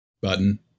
Button